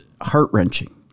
heart-wrenching